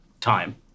time